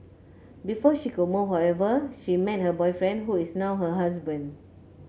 before she could move however she met her boyfriend who is now her husband